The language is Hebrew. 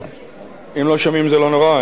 אם לא שומעים זה לא נורא,